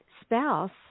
spouse